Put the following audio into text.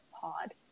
pod